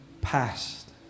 past